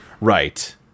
Right